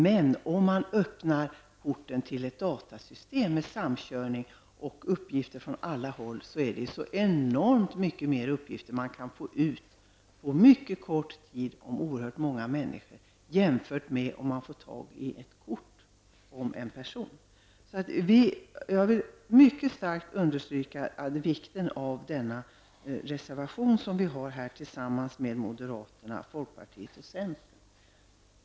Men om man öppnar porten till ett datasystem med samkörning och med uppgifter från olika håll, går det att få ut långt flera uppgifter på mycket kort tid och om oerhört många människor jämfört med vad man kan få reda på med hjälp av ett kort som innehåller uppgifter om en person. Jag understryker mycket starkt vikten av den reservation som vi har gemensamt med moderaterna, folkpartiet och centern.